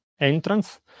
entrance